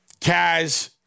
Kaz